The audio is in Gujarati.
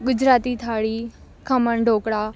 ગુજરાતી થાળી ખમણ ઢોકળા